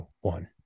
one